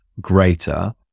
greater